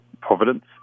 Providence